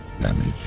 damage